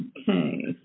Okay